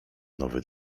nowy